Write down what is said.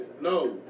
No